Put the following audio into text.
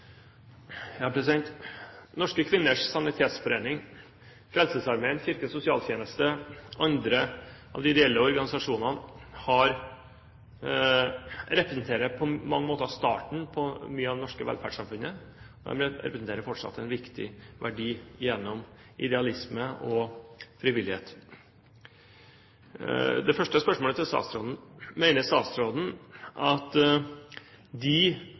Norske Kvinners Sanitetsforening, Frelsesarmeen, Kirkens Sosialtjeneste og andre ideelle organisasjoner representerer på mange måter starten på mye av det norske velferdssamfunnet, og de representerer fortsatt en viktig verdi gjennom idealisme og frivillighet. Det første spørsmålet til statsråden blir: Er statsråden enig i at de